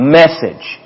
message